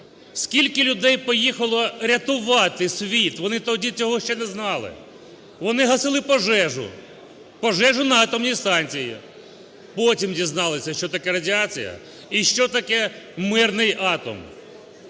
Скільки людей поїхало рятувати світ, вони тоді цього ще не знали. Вони гасили пожежу, пожежу на атомній станції. Потім дізналися, що таке радіація і що такий мирний атом.